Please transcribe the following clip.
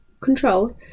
controls